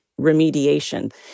remediation